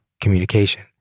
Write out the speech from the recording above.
communication